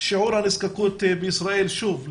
שיעורי הנזקקות בישראל שונים